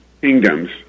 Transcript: kingdoms